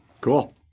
Cool